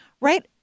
right